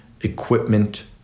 equipment